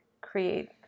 create